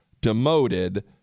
demoted